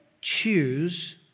choose